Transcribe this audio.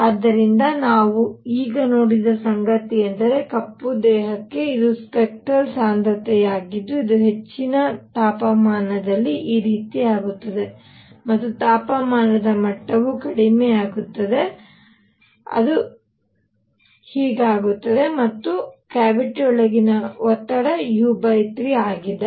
ಆದ್ದರಿಂದ ನಾವು ಈಗ ನೋಡಿದ ಸಂಗತಿಯೆಂದರೆ ಕಪ್ಪು ದೇಹಕ್ಕೆ ಇದು ಸ್ಪೆಕ್ಟರಲ್ ಸಾಂದ್ರತೆಯಾಗಿದ್ದು ಇದು ಹೆಚ್ಚಿನ ತಾಪಮಾನದಲ್ಲಿ ಈ ರೀತಿಯಾಗಿರುತ್ತದೆ ಮತ್ತು ತಾಪಮಾನದ ಮಟ್ಟವು ಕಡಿಮೆಯಾಗುತ್ತದೆ ಅದು ಹೀಗಾಗುತ್ತದೆ ಮತ್ತು ಕ್ಯಾವಿಟಿಯೊಳಗಿನ ಒತ್ತಡ u 3 ಆಗಿದೆ